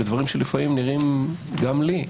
בדברים שלפעמים נראים גם לי.